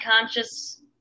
conscious